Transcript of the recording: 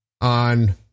on